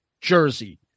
jersey